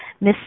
Miss